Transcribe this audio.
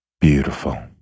Beautiful